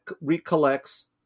recollects